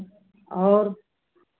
और